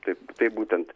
taip taip būtent